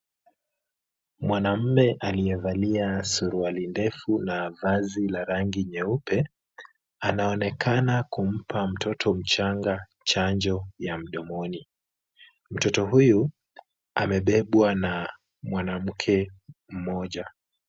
Mwanamume aliyevalia suruali ndefu na vazi la rangi nyeupe, anaonekana kumpa mtoto mchanga chanjo ya mdomoni. Mtoto huyu amebebwa na mwanamke mmoja.